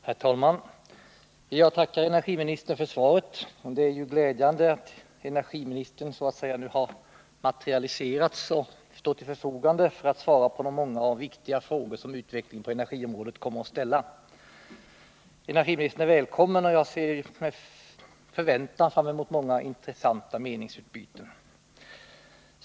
Herr talman! Jag tackar energiministern för svaret. Det är glädjande att energiministern nu har så att säga materialiserats och står till förfogande för att svara på de många och viktiga frågor som utvecklingen på energiområdet kommer att ställa. Energiministern är välkommen, och jag ser med förväntan fram mot många intressanta meningsutbyten.